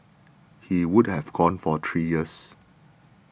he would have gone for three years